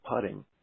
putting